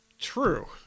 true